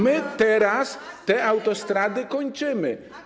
My teraz te autostrady kończymy.